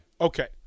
okay